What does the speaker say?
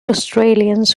australians